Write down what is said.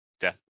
Death